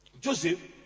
Joseph